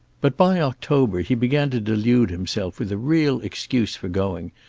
but by october he began to delude himself with a real excuse for going,